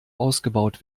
ausgebaut